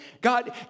God